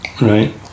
Right